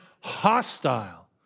hostile